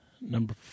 Number